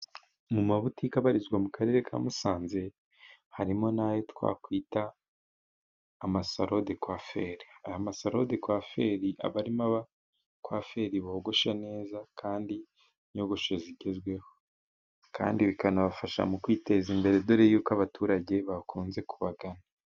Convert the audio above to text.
Muri butiike zibarizwa mu Karere ka Musanze harimo n'ayo twakwita salo do kuwafire. Izi salo do kuwafire aba arimo abakwaferi bogosha neza, kandi inyogosho zigezweho, kandi bikanabafasha mu kwiteza imbere, dore y'uko abaturage bakunze kubagana.